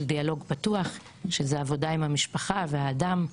דיאלוג פתוח שזו עבודה עם המשפחה והאדם.